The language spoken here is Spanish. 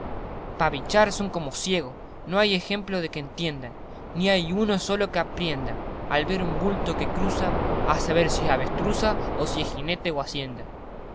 pa vichar son como ciegos no hay ejemplo de que entiendan ni hay uno solo que aprienda al ver un bulto que cruza a saber si es avestruza o si es jinete o hacienda